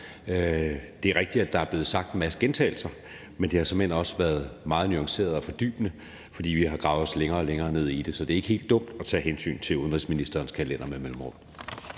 Det er rigtigt, at der har været en masse gentagelser, men det har simpelt hen også være meget nuancerende og fordybende, fordi vi har gravet os længere og længere ned i det. Så det er ikke helt dumt med mellemrum at tage hensyn til udenrigsministerens kalender. Kl.